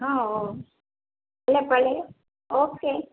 હં ભલે ભલે ઓકે